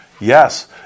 Yes